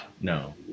no